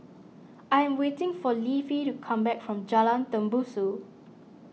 I am waiting for Leafy to come back from Jalan Tembusu